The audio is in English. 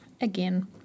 again